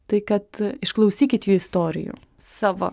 tai kad išklausykit jų istorijų savo